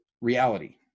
reality